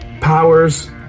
powers